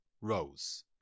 rose